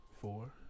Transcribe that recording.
Four